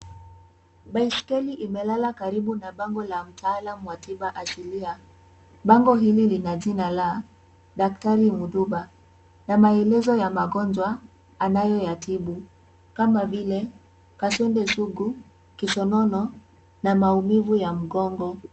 Baiskeli imelala karibu na bango la mtaalam wa tiba asilia. Bango hili lina jina la daktari mduba na maelezo ya magonjwa anayoyatibu kama vile kaswende sugu, kisonono na maumivu ya mgongo.